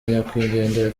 nyakwigendera